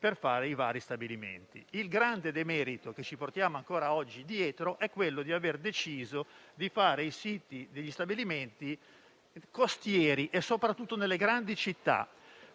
per fare i vari stabilimenti. Il grande demerito che ci portiamo dietro ancora oggi è quello di aver deciso di costruire i siti degli stabilimenti sulle coste e soprattutto nelle grandi città.